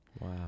Wow